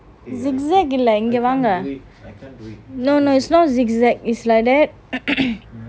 zigzag இல்ல இங்க வாங்க:illa inga vanga no no is not zigzag is like that